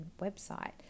website